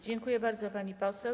Dziękuję bardzo, pani poseł.